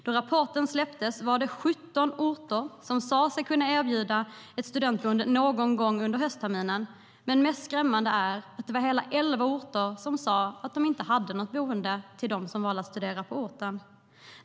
Då rapporten släpptes var det 17 orter som sa sig kunna erbjuda ett studentboende någon gång under höstterminen, men det skrämmande är att hela elva orter sa att de inte hade något boende till dem som valde att studera på de orterna.